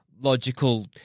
logical